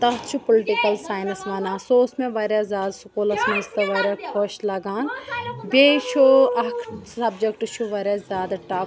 تَتھ چھُ political science وَنان سُہ اوس مےٚ واریاہ زیادٕ سکوٗلَس منٛز تہِ واریاہ خوش لَگان بیٚیہِ چھُ اَکھ سَبجکٹ چھُ واریاہ زیادٕ ٹَپ